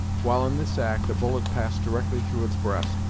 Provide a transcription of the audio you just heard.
while in this act, a bullet passed directly through its breast,